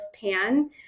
pan